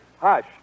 Hush